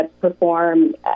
perform